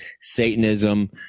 Satanism